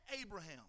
Abraham